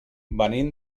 venim